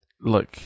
look